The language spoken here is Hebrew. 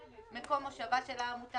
מקום מושבה של העמותה,